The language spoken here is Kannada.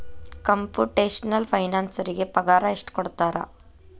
ಕಂಪುಟೆಷ್ನಲ್ ಫೈನಾನ್ಸರಿಗೆ ಪಗಾರ ಎಷ್ಟ್ ಕೊಡ್ತಾರ?